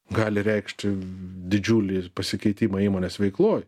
gali reikšti didžiulį ir pasikeitimą įmonės veikloj